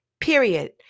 period